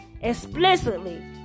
explicitly